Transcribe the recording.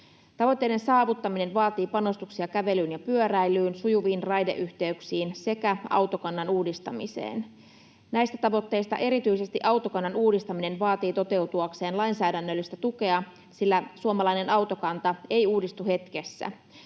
Tavoitteiden saavuttaminen vaatii panostuksia kävelyyn ja pyöräilyyn, sujuviin raideyhteyksiin sekä autokannan uudistamiseen. Näistä tavoitteista erityisesti autokannan uudistaminen vaatii toteutuakseen lainsäädännöllistä tukea, sillä suomalainen autokanta ei uudistu hetkessä.